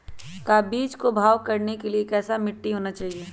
का बीज को भाव करने के लिए कैसा मिट्टी होना चाहिए?